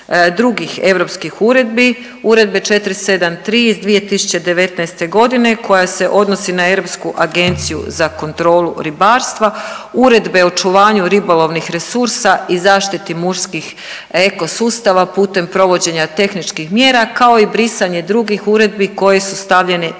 drugih europskih uredbi, Uredbe 473 iz 2019.g. koja se odnosi na Europsku agenciju za kontrolu ribarstva, Uredbe o očuvanju ribolovnih resursa i zaštiti morskih eko sustava putem provođenja tehničkih mjera, kao i brisanje drugih uredbi koje su stavljene izvan